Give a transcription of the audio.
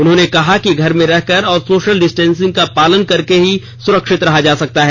उन्होंने कहा कि घर में रह कर और सोशल डिस्टेंसिंग का पालन कर के ही सुरक्षित रहा जा सकता है